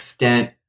extent